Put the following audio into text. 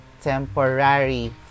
temporary